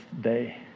day